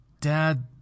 dad